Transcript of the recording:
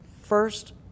First